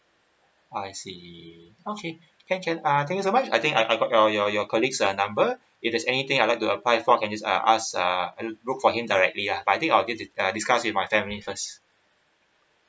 I see okay can can uh thank you so much I think I I got your your your colleagues uh number if there's anything I like to apply for can I uh ask uh look for him directly lah but I think I'll need to uh discuss with my family first